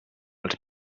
els